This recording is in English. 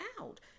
out